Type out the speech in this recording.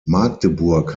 magdeburg